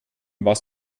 was